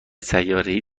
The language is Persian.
سیارهای